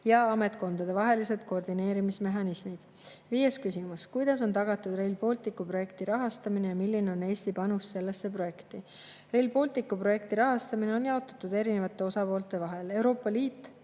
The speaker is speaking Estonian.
ja ametkondadevahelised koordineerimismehhanismid. Viies küsimus: "Kuidas on tagatud Rail Balticu projekti rahastamine ja milline on Eesti panus sellesse projekti?" Rail Balticu projekti rahastamine on jaotatud erinevate osapoolte vahel. Euroopa Liit